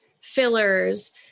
fillers